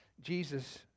Jesus